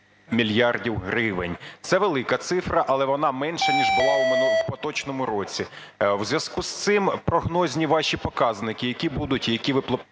мільярдів гривень. Це велика цифра, але вона менша, ніж була у поточному році. У зв'язку з цим прогнозні ваші показники, які будуть, які ви плануєте